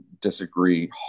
disagree